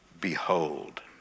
behold